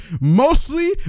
mostly